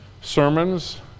sermons